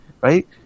Right